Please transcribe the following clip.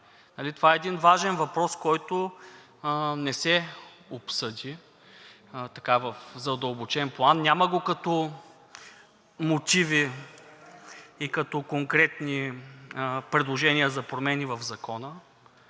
Това е един важен въпрос, който не се обсъди в задълбочен план, няма го като мотиви и като конкретни предложения за промени в Закона